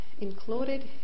included